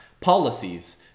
policies